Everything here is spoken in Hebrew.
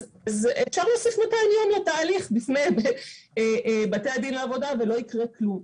אז אפשר להוסיף 200 יום לתהליך בפני בתי הדין לעבודה ולא יקרה כלום.